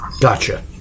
Gotcha